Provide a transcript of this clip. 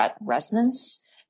resonance